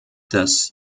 das